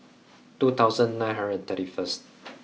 two thousand nine hundred and thirty first